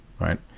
right